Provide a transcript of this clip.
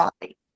body